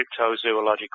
cryptozoological